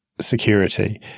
security